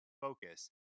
focus